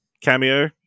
cameo